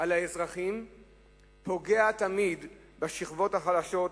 על האזרחים פוגע תמיד בשכבות החלשות,